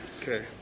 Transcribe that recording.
Okay